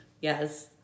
yes